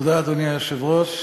אדוני היושב-ראש,